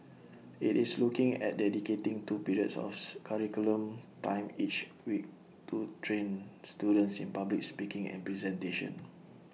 IT is looking at dedicating two periods curriculum time each week to train students in public speaking and presentation